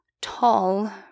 tall